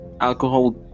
Alcohol